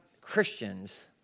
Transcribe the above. Christians